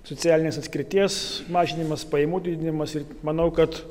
socialinės atskirties mažinimas pajamų didinimas manau kad